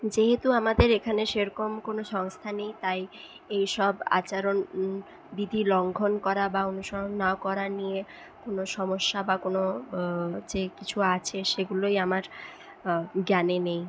যেহেতু আমাদের এখানে সেরকম কোনো সংস্থা নেই তাই এইসব আচারণ বিধি লঙ্ঘন করা বা অনুসরণ না করা নিয়ে কোনো সমস্যা বা কোনো যে কিছু আছে সেগুলোই আমার জ্ঞানে নেই